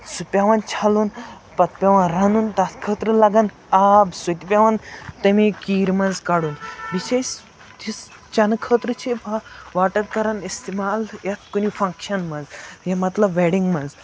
سُہ پٮ۪وان چھَلُن پَتہٕ پٮ۪وان رَنُن تَتھ خٲطرٕ لَگان آب سُہ تہِ پٮ۪وان تَمے کیٖرِ منٛز کَڑُن بیٚیہِ چھِ أسۍ یُس چَنہٕ خٲطرٕ چھِ واٹَر کَران اِستعمال تہٕ یَتھ کُنہِ فنٛگشَن منٛز یہِ مطلب وٮ۪ڈِنٛگ منٛز